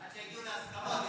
עד שיגיעו להסכמות,